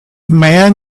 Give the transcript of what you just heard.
man